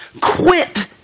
quit